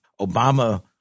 Obama